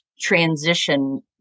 transition